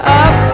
up